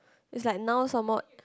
it's like now almost